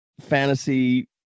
fantasy